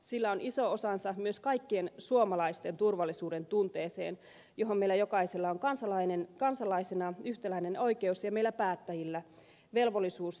sillä on iso osansa myös kaikkien suomalaisten turvallisuudentunteeseen johon meillä jokaisella on kansalaisina yhtäläinen oikeus ja meillä päättäjillä on velvollisuus se myös taata